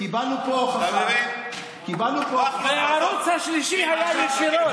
קיבלנו פה הוכחה, הערוץ השלישי היה ישירות.